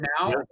now